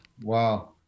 Wow